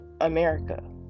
America